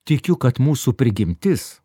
tikiu kad mūsų prigimtis